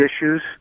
issues